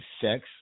sex